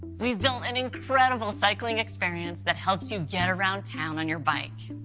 we've built an incredible cycling experience that helps you get around town on your bike.